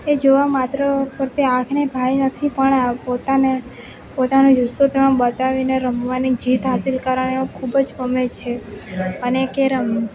એ જોવા માત્ર પર તે આંખને ભય નથી પણ આ પોતાને પોતાનો જુસ્સો તેમાં બતાવીને રમવાની જીત હાંસિલ કરવાની ખૂબ જ ગમે છે અને કેરમ